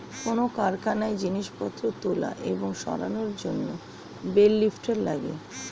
কোন কারখানায় জিনিসপত্র তোলা এবং সরানোর জন্যে বেল লিফ্টার লাগে